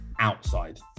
outside